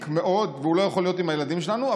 מאוד ולא יכול להיות עם הילדים שלנו,